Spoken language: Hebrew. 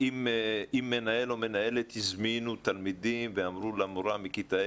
אם מנהל או מנהלת הזמינו תלמידים ואמרו למורה מכיתה